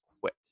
quit